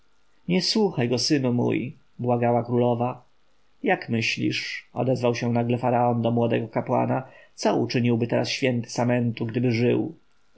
nie słuchaj go synu mój błagała królowa jak myślisz odezwał się nagle faraon do młodego kapłana co uczyniłby teraz święty samentu gdyby żył